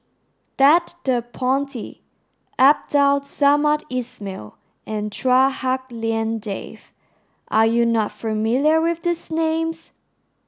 Ted De Ponti Abdul Samad Ismail and Chua Hak Lien Dave are you not familiar with these names